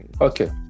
Okay